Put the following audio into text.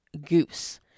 Goose